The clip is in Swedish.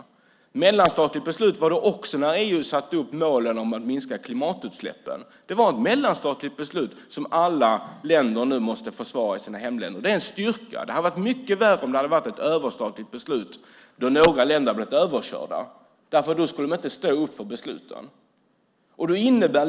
Ett mellanstatligt beslut var det också när EU satte upp målen för att minska klimatutsläppen. Det var ett mellanstatligt beslut som alla länder nu måste försvara i sina hemländer. Det är en styrka. Det hade varit mycket värre om det hade varit ett överstatligt beslut och några länder hade blivit överkörda, därför att då skulle de inte ha stått upp för besluten.